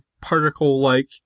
particle-like